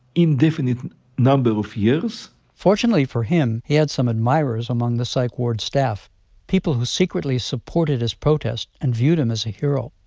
indefinite number of of years fortunately for him, he had some admirers among the psych ward's staff people who secretly supported his protest and viewed him as a hero.